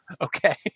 Okay